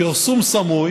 פרסום סמוי